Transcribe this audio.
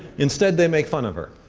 instead, they make fun of her.